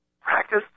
practice